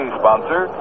sponsor